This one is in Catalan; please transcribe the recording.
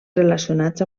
relacionats